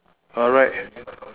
alright